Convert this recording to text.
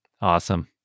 awesome